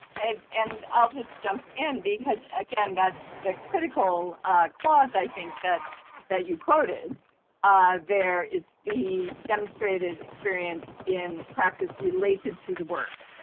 and and i'll just jump in because, again, the critical clause i think that that you quoted there is the demonstrated experience in practice related to the work.